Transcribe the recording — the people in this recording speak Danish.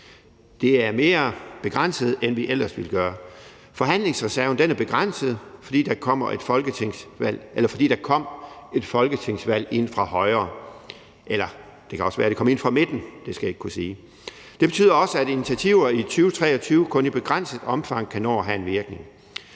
Det er mere begrænset, end vi ellers ville gøre det. Forhandlingsreserven er begrænset, fordi der kom et folketingsvalg ind fra højre – eller det kan også være, at det kom ind fra midten, det skal jeg ikke kunne sige. Det betyder også, at initiativer i 2023 kun i begrænset omfang kan nå at have en virkning.